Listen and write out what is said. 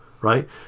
right